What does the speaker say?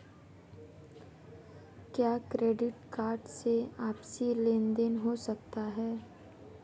क्या credit card से आपसी लेनदेन हो सकता है?